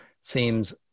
seems